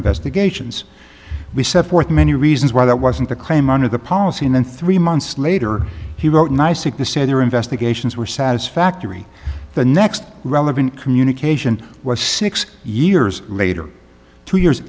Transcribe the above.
investigations we set forth many reasons why that wasn't the claim under the policy and then three months later he wrote nicely to say their investigations were satisfactory the next relevant communication was six years later two years